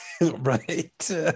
Right